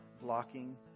blocking